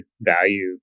value